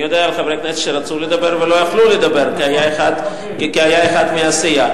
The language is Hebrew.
אני יודע על חברי כנסת שרצו לדבר ולא יכלו לדבר כי היה אחד מהסיעה.